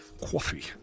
Coffee